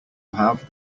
have